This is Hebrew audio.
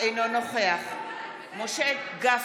אינו נוכח משה גפני,